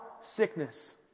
Sickness